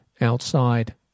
outside